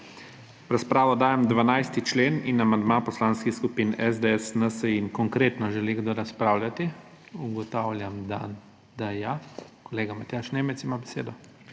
razpravo dajem 12. člen in amandma poslanskih skupin SDS, NSi in Konkretno. Želi kdo razpravljati? Ugotavljam, da ja. Kolega Matjaž Nemec ima besedo.